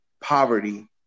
poverty